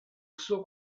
suo